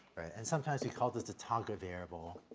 and sometimes we call this the target variable.